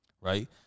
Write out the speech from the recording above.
Right